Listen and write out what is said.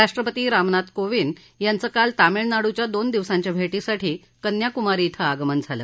राष्ट्रपती रामनाथ कोविंद यांचं काल तामिळनाडूच्या दोन दिवसांच्या भेटीसाठी कन्याकुमारी ॐ आगमन झालं